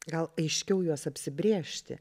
gal aiškiau juos apsibrėžti